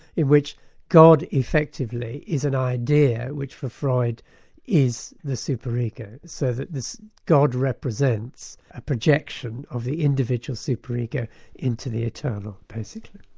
in which god effectively is an idea which for freud is the super ego, so that this god represents a projection of the individual super ego into the eternal, basically.